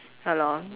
ya lor